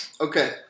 Okay